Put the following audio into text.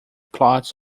plots